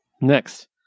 next